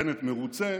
בנט מרוצה,